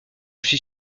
suis